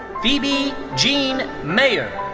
phoebe jeanne mayor.